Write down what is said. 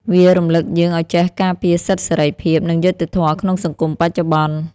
វារំលឹកយើងឱ្យចេះការពារសិទ្ធិសេរីភាព និងយុត្តិធម៌ក្នុងសង្គមបច្ចុប្បន្ន។